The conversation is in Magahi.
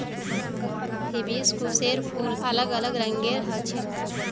हिबिस्कुसेर फूल अलग अलग रंगेर ह छेक